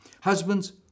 Husbands